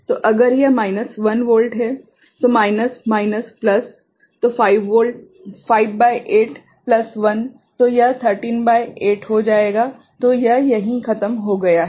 तो अगर यह माइनस 1 वोल्ट है तो माइनस माइनस प्लस तो 5 भागित 8 प्लस 1 तो यह 13 भागित 8 हो जाएगा तो यह यहीं खत्म हो गया है